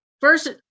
first